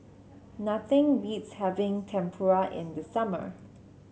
nothing beats having Tempura in the summer